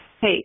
Hey